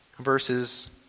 Verses